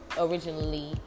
originally